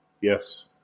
yes